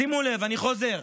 שימו לב, אני חוזר: